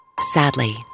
Sadly